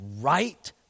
right